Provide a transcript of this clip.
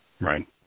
Right